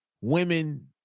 women